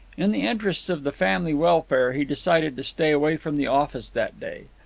in the interests of the family welfare he decided to stay away from the office that day.